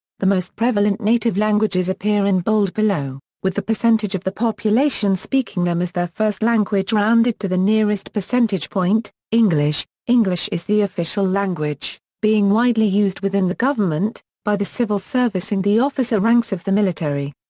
the most prevalent native languages appear in bold below, with the percentage of the population speaking them as their first language rounded to the nearest percentage point english english is the official language, being widely used within the government, by the civil service and the officer ranks of the military.